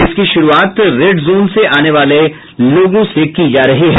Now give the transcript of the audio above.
इसकी शुरूआत red zone से आने वाले लोगों से की जा रही है